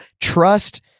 trust